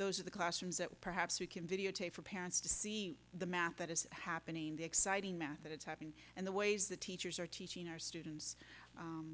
those are the classrooms that perhaps we can videotape for parents to see the math that is happening the exciting math that it's happening and the ways that teachers are teaching our students